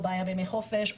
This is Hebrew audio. או בעיה בימי חופש,